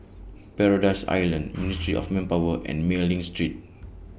Paradise Island Ministry of Manpower and Mei Ling Street